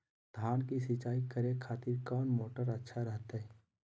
धान की सिंचाई करे खातिर कौन मोटर अच्छा रहतय?